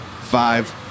Five